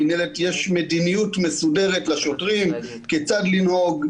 לשוטרים יש מדיניות מסודרת כיצד לנהוג,